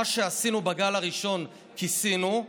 מה שעשינו בגל הראשון, כיסינו,